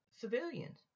civilians